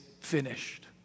finished